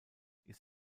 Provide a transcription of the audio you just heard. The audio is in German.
ist